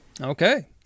Okay